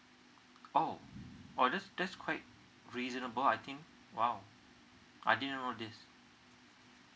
oh that's that's quite reasonable I think !wow! I didn't know this